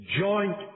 joint